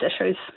issues